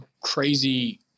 crazy